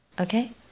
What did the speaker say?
Okay